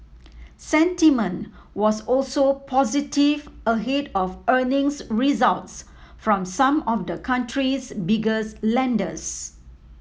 sentiment was also positive ahead of earnings results from some of the country's biggest lenders